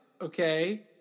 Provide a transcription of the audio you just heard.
okay